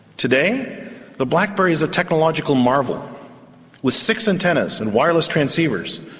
today the blackberry is a technological marvel with six antennas and wireless transceivers,